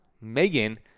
Megan